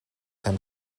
hem